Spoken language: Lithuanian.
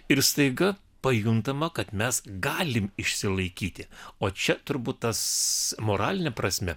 ir staiga pajuntama kad mes galim išsilaikyti o čia turbūt tas moraline prasme